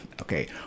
Okay